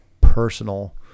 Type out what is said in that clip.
personal